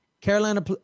Carolina